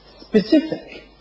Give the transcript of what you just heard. specific